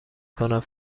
کند